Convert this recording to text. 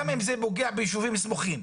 גם אם זה פוגע ביישובים סמוכים.